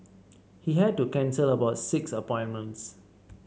he had to cancel about six appointments